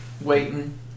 Waiting